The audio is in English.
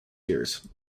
years